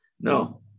No